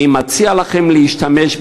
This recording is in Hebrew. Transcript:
אני מציע לכם להשתמש,